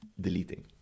deleting